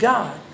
God